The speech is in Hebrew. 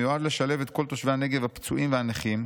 המיועד לשלב את כל תושבי הנגב הפצועים והנכים,